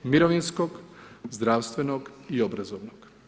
Mirovinskog, zdravstvenog i obrazovnog.